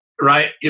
Right